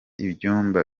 ibyumba